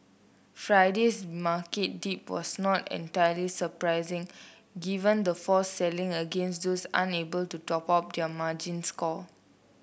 Friday's market dip was not entirely surprising given the forced selling against those unable to top up their margins call